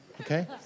Okay